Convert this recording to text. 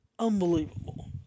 Unbelievable